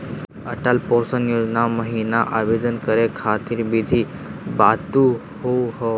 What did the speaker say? Atal pension योजना महिना आवेदन करै खातिर विधि बताहु हो?